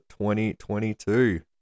2022